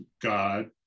god